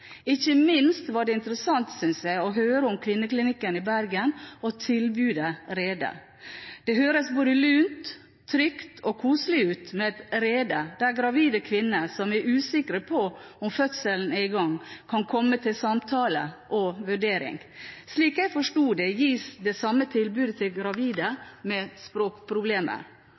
Ikke minst var det interessant å høre om kvinneklinikken i Bergen og tilbudet Rede. Det høres både lunt, trygt og koselig ut, med et «rede» der gravide kvinner som er usikre på om fødselen er i gang, kan komme til samtale og vurdering. Slik jeg forsto det, gis det samme tilbudet til gravide med